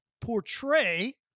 portray